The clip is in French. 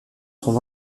sont